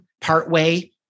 partway